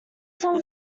some